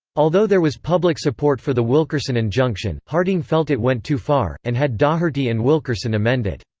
although there was public support for the wilkerson injunction, harding felt it went too far, and had daugherty and wilkerson amend it.